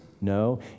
no